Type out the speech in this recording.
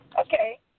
Okay